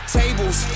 tables